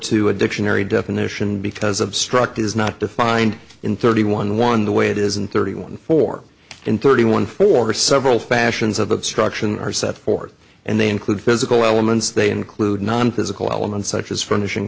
to a dictionary definition because obstruct is not defined in thirty one one the way it is and thirty one four in thirty one for several fashions of obstruction are set forth and they include physical elements they include nonphysical elements such as furnishing